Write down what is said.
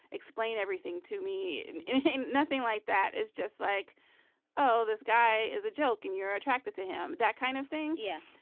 explain everything to me. and nothing like that is just like oh this guy is a joke and you're attracted to him. that kind of thing. yeah.